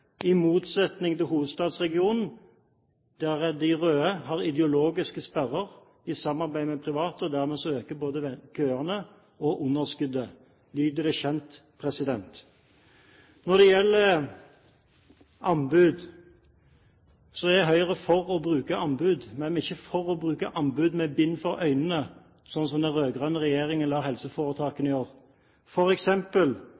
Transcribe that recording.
i motsetning til, som den danske borgerlige helseministeren sier, hovedstadsregionen, der de røde har ideologiske sperrer for samarbeid med private, og dermed øker både køene og underskuddet. Lyder det kjent? Når det gjelder å bruke anbud, er Høyre for det, men vi er ikke for å bruke anbud med bind for øynene, sånn som den rød-grønne regjeringen